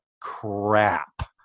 crap